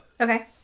Okay